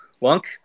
lunk